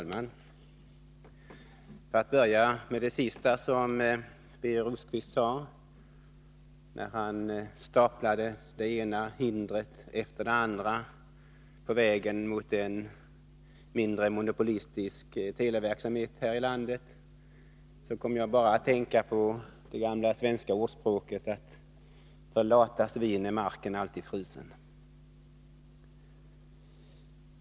Anslag till tele Herr talman! Låt mig börja med det sista av det som Birger Rosqvist sade. kommunikationer När han staplade det ena hindret efter det andra på vägen mot en mindre monopolistisk televerksamhet här i landet kom jag att tänka på det gamla svenska ordspråket: Jorden är alltid frusen för lata svin.